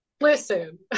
listen